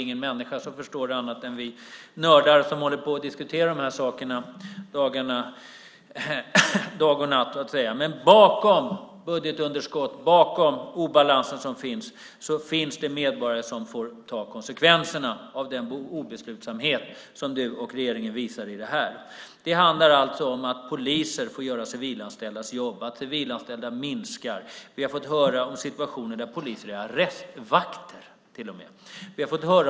Ingen människa förstår det utom vi nördar som så att säga dag och natt håller på och diskuterar de här sakerna. Men bakom budgetunderskott och bakom den nuvarande obalansen finns det medborgare som får ta konsekvenserna av den obeslutsamhet som du och regeringen här visar. Det handlar om att poliser får göra civilanställdas jobb och om att antalet civilanställda minskar. Vi har fått höra om situationer där poliser till och med är arrestvakter.